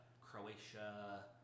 Croatia